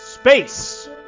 Space